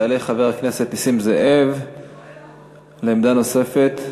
יעלה חבר הכנסת נסים זאב לעמדה נוספת.